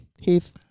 Heath